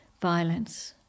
violence